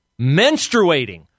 menstruating